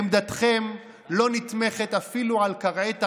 עמדתכם לא נתמכת אפילו על כרעי תרנגולת.